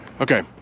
Okay